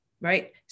right